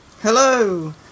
Hello